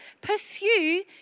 Pursue